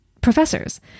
professors